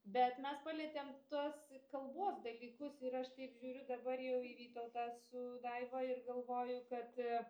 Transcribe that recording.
bet mes palietėm tuos kalbos dalykus ir aš taip žiūriu dabar jau į vytautą su daiva ir galvoju kad